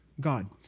God